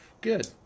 Good